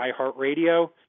iHeartRadio